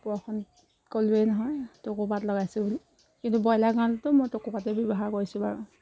ওপৰৰখন ক'লোৱেই নহয় টকৌপাত লগাইছোঁ বুলি কিন্তু ব্ৰইলাৰ গঁৰালতো মই টকৌপাতেই ব্যৱহাৰ কৰিছোঁ বাৰু